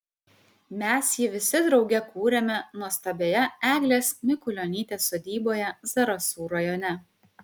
mes jį visi drauge kūrėme nuostabioje eglės mikulionytės sodyboje zarasų rajone